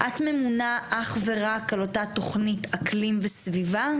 את ממונה אך ורק על אותה תוכנית אקלים וסביבה?